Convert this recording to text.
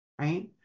right